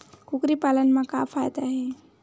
कुकरी पालन म का फ़ायदा हे?